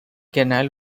canal